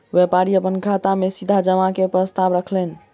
व्यापारी अपन खाता में सीधा जमा के प्रस्ताव रखलैन